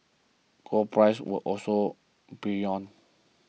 gold prices were also buoyant